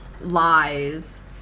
lies